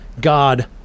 God